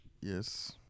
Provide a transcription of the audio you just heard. Yes